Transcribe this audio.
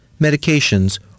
medications